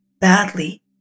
badly